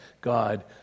God